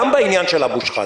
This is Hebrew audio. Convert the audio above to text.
בעניין של אבו שחאדה,